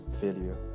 Failure